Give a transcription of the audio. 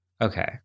okay